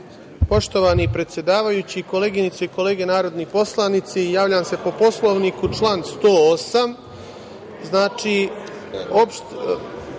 Poštovani predsedavajući, koleginice i kolege narodni poslanici, javljam se po Poslovniku, član